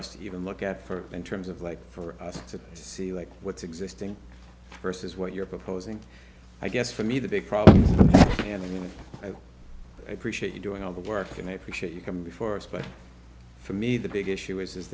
us to even look at for in terms of like for us to see like what's existing versus what you're proposing i guess for me the big problem and i mean i appreciate you doing all the work and i appreciate you coming before us but for me the big issue is